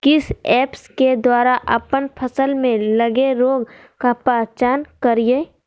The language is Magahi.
किस ऐप्स के द्वारा अप्पन फसल में लगे रोग का पहचान करिय?